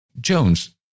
Jones